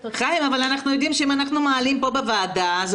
אבל אנחנו יודעים שאם אנחנו מעלים פה בוועדה נושא כלשהו אז